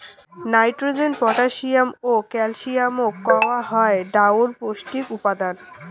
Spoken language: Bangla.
নাইট্রোজেন, পটাশিয়াম ও ক্যালসিয়ামক কওয়া হই ডাঙর পৌষ্টিক উপাদান